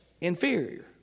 inferior